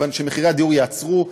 כיוון שמחירי הדיור ייעצרו,